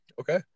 Okay